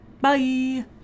bye